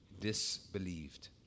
disbelieved